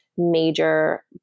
Major